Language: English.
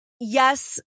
yes